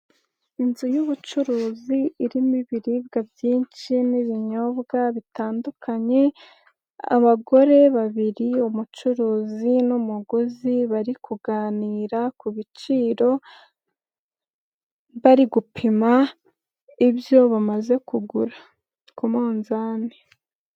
Inzu y'ubucuruzi irimo ibiribwa byinshi n'ibinyobwa bitandukanye, abagore babiri, umucuruzi n'umuguzi bari kuganira ku ibiciro, bari gupima ibyo bamaze kugura k'umunzani.